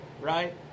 right